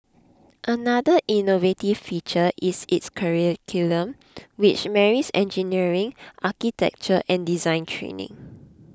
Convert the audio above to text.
another innovative feature is its curriculum which marries engineering architecture and design training